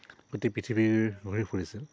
গোটেই পৃথিৱীৰ ঘূৰি ফুৰিছিল